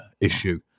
issue